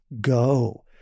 go